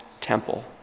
temple